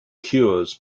cures